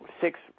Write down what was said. six